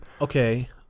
Okay